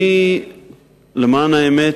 למען האמת,